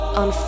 on